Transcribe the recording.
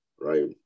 right